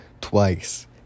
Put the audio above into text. twice